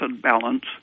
balance